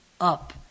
up